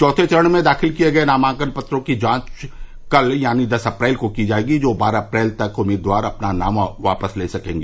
चौथे चरण में दाखिल किये गये नामांकन पत्रों की जांच कल यानी दस अप्रैल को जायेगी और बारह अप्रैल तक उम्मीदवार अपना नाम वापस ले सकते हैं